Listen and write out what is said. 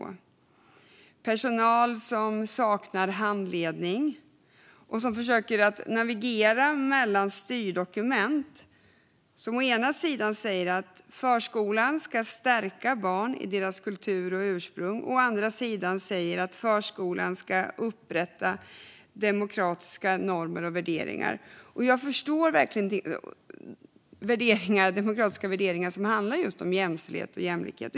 Det finns personal som saknar handledning och som försöker navigera mellan styrdokument som å ena sidan säger att förskolan ska stärka barn i deras kultur och ursprung, å andra sidan att förskolan ska upprätta demokratiska normer och värderingar som handlar om just jämställdhet och jämlikhet.